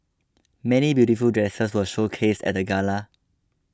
many beautiful dresses were showcased at the gala